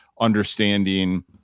understanding